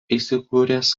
įsikūręs